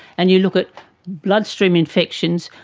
and you look at bloodstream infections,